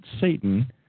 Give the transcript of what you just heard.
Satan